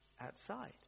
outside